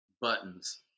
buttons